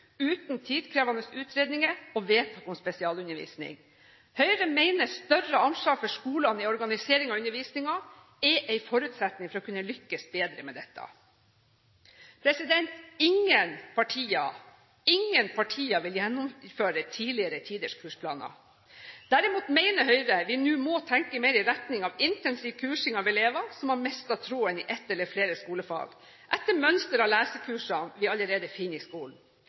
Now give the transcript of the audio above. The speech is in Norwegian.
uten tidkrevende utredninger og vedtak om spesialundervisning. Høyre mener større armslag for skolene i organisering av undervisningen er en forutsetning for å kunne lykkes bedre med dette. Ingen partier vil gjennomføre tidligere tiders kursplaner. Derimot mener Høyre vi nå må tenke mer i retning av intensiv kursing av elever som har mistet tråden i ett eller flere skolefag – etter mønster av lesekursene vi allerede finner i skolen.